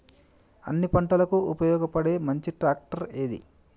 అన్ని పంటలకు ఉపయోగపడే మంచి ట్రాక్టర్ ఏది?